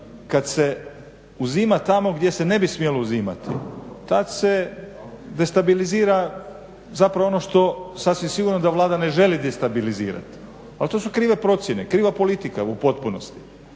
kad se uzima tamo gdje se ne bi smjelo uzimati tad se destabilizira zapravo ono što sasvim sigurno da Vlada ne želi destabilizirati, ali to su krive procjene, kriva politika u potpunosti.